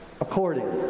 according